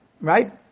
right